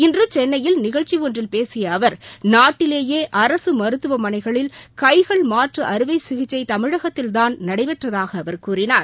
இன்று சென்னையில் நிகழ்ச்சி ஒன்றில் பேசிய அவர் நாட்டிலேயே அரசு மருத்துவமனைகளில் கை கள் மாற்று அறுவை சிகிச்சை தமிழகத்தில்தான நடைபெற்றதாக அவர் கூறினார்